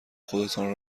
خودتان